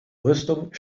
rüstung